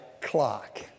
clock